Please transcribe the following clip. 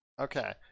Okay